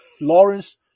Lawrence